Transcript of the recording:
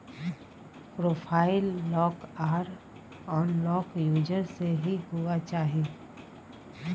profile lock आर unlock user से ही हुआ चाहिए